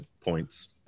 points